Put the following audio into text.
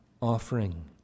offering